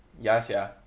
ya sia